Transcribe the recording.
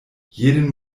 jeden